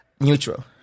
neutral